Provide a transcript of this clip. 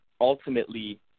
ultimately